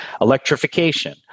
electrification